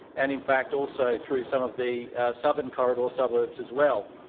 and in fact also through some of the southern corridor suburbs as well.